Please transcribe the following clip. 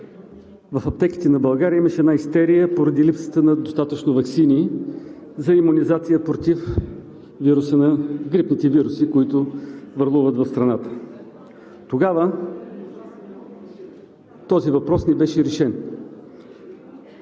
в аптеките на България имаше истерия поради липсата на достатъчно ваксини за имунизация против грипните вируси, които върлуват в страната. Тогава този въпрос не беше решен.